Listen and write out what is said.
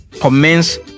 commence